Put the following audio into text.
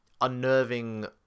unnerving